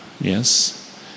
Yes